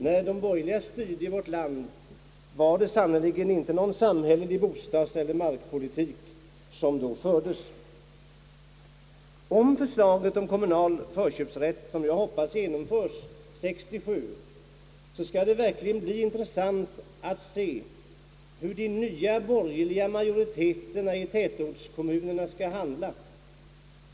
När de borgerliga styrde i landet var det sannerligen inte någon samhällelig bostadseller markpolitik som fördes. Om förslaget om kommunal förköpsrätt, som jag hoppas, genomföres år 1967 skall det verkligen bli intressant att se hur de nya borgerliga majorite terna i tätortskommunerna skall handla.